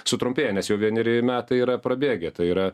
sutrumpėja nes jau vieneri metai yra prabėgę tai yra